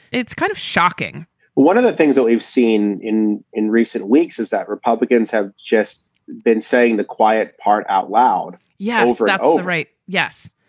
it's kind of shocking one of the things that we've seen in in recent weeks is that republicans have just been saying the quiet part out loud. yeah, for that. oh, right. yes.